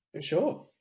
sure